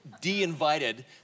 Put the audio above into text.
de-invited